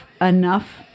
enough